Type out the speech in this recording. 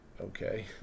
Okay